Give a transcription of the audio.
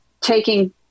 taking